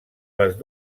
les